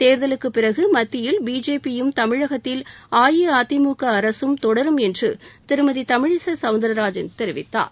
தேர்தலுக்குப் பிறகு மத்தியில் பிஜேபியும் தமிழகத்தில் அஇஅதிமுக அரசும் தொடரும் என்று திருமதி தமிழிசை சவுந்திரராஜன் தெரிவித்தார்